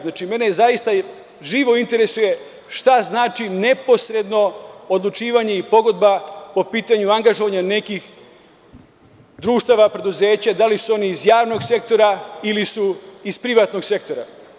Znači, mene živo interesuje šta znači „neposredno odlučivanje i pogodba“ po pitanju angažovanja nekih društava, preduzeća, da li su oni iz javnog sektora ili su iz privatnog sektora?